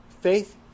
Faith